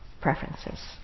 preferences